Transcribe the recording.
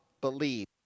believe